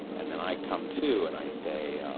and then i come to, and i say,